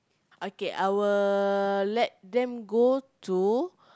okay I'll let them go to